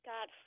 God